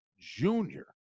junior